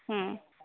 ହଁ